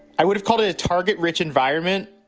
i would have called it a target rich environment.